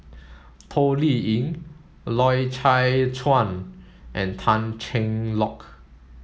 Toh Liying Loy Chye Chuan and Tan Cheng Lock